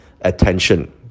attention